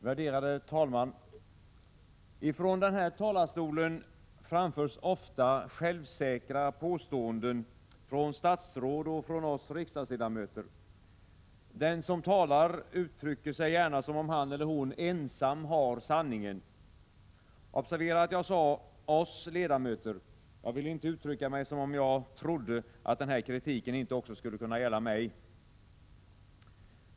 Herr talman! Från den här talarstolen framförs ofta självsäkra påståenden från statsråd och från oss riksdagsledamöter. Den som talar uttrycker sig gärna som om han eller hon ensam har sanningen. Observera, att jag sade ”oss ledamöter”. Jag vill inte uttrycka mig som om jag trodde, att den här kritiken inte skulle kunna gälla mig.